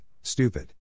stupid